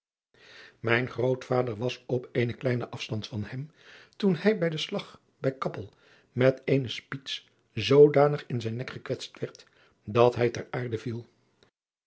mijn grootvader was op eenen kleinen afstand van hem toen hij bij den slag bij cappel met eene spiets zoodanig in zijn nek gekwetst werd dat hij ter aarde viel